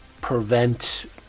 prevent